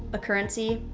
a currency,